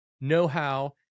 know-how